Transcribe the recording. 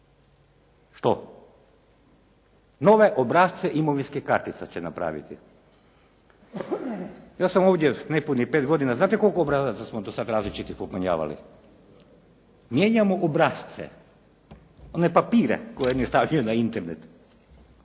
što? Nove obrasce imovinskih kartica će napraviti. Ja sam ovdje nepunih pet godina, znate koliko obrazaca smo do sad različitih popunjavali? Mijenjamo obrasce, one papire koje … /Govornik se ne